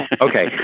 Okay